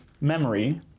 memory